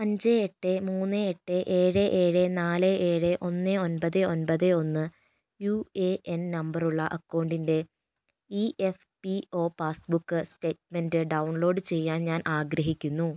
അഞ്ച് എട്ട് മൂന്ന് എട്ട് ഏഴ് ഏഴ് നാല് ഏഴ് ഒന്ന് ഒൻപത് ഒൻപത് ഒന്ന് യു എ എൻ നമ്പറുള്ള അക്കൗണ്ടിൻ്റെ E F P O passbook statement download ചെയ്യാൻ ഞാൻ ആഗ്രഹിക്കുന്നു